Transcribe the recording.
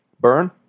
Burn